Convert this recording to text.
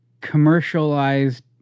commercialized